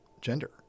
gender